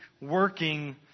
working